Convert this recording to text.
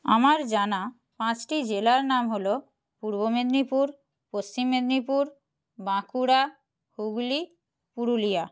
আমার জানা পাঁচটি জেলার নাম হল পূর্ব মেদিনীপুর পশ্চিম মেদিনীপুর বাঁকুড়া হুগলি পুরুলিয়া